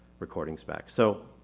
recordings back? so,